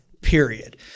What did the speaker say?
Period